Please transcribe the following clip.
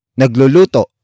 Nagluluto